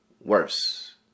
worse